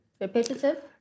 Repetitive